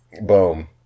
Boom